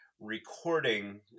recording